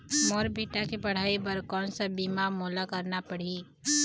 मोर बेटा के पढ़ई बर कोन सा बीमा मोला करना पढ़ही?